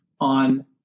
on